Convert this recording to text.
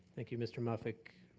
thank you, mr. muffick.